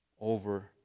over